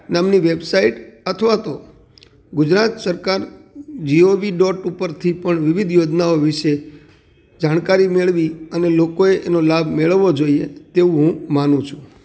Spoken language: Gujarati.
નામની વેબસાઈડ અથવા તો ગુજરાત સરકાર જિયોવી ડોટ ઉપરથી પણ વિવિધ યોજનાઓ વિશે જાણકારી મેળવી અને લોકોએ એનો લાભ મેળવવો જોઈએ તેવું હું માનું છું